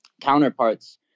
counterparts